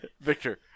Victor